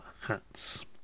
hats